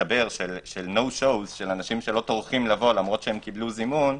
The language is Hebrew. במצטבר של אנשים שלא טורחים לבוא למרות שקיבלו זימון,